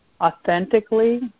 authentically